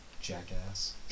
Jackass